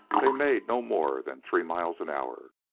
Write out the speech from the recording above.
they made no more than three miles an hour.